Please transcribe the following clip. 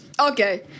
Okay